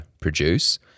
produce